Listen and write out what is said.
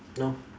no